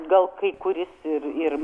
gal kai kuris ir ir